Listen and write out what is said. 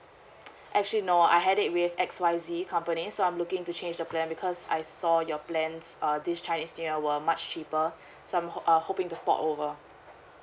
actually no I had it with X Y Z company so I'm looking to change the plan because I saw your plans err this chinese new year were much cheaper so I'm hope uh hoping to port over